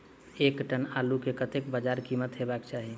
एक टन आलु केँ कतेक बजार कीमत हेबाक चाहि?